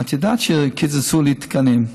את יודעת שקיצצו לי תקנים.